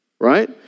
Right